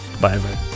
bye